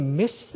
miss